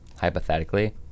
hypothetically